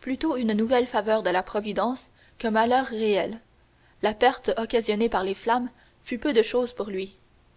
plutôt une nouvelle faveur de la providence qu'un malheur réel la perte occasionnée par les flammes fut peu de chose pour lui